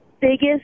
biggest